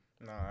No